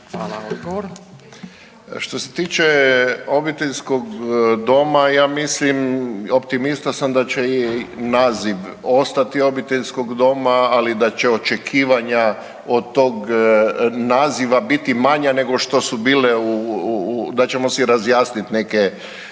Što se tiče obiteljskog doma, ja mislim optimista sam da će i naziv ostati obiteljskog doma, ali da će očekivanja od tog naziva biti manja nego što su bile, da ćemo si razjasnite neke